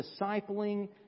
discipling